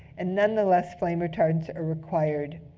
and nonetheless, flame retardants are required.